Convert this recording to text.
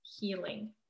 healing